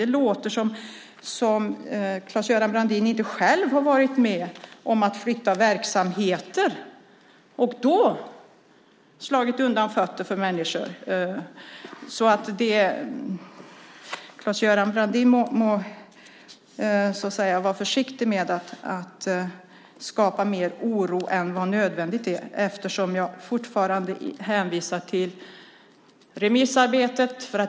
Det låter som om Claes-Göran Brandin inte själv har varit med om att flytta verksamheter och slå undan fötterna för människor. Claes-Göran Brandin får vara försiktig med att skapa mer oro än vad som är nödvändigt. Jag hänvisar fortfarande till remissarbetet.